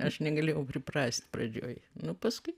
aš negalėjau priprast pradžioj nu paskui